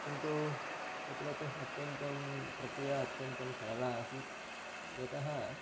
किन्तु तत्र तु अत्यन्तं प्रक्रिया अत्यन्तं सरला आसीत् यतः